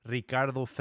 Ricardo